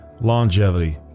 longevity